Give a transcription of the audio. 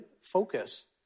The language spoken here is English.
focus